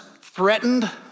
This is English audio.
threatened